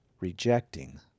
rejecting